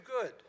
good